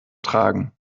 tragen